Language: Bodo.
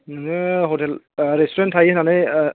नोङो हटेल रेस्तुरेन्ट थायो नालाय